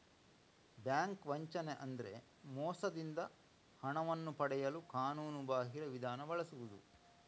bank ವಂಚನೆ ಅಂದ್ರೆ ಮೋಸದಿಂದ ಹಣವನ್ನು ಪಡೆಯಲು ಕಾನೂನುಬಾಹಿರ ವಿಧಾನ ಬಳಸುದು